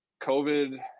COVID